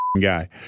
guy